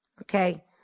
Okay